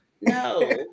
No